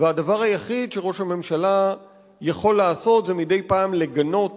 והדבר היחיד שראש הממשלה יכול לעשות זה מדי פעם לגנות